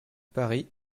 paris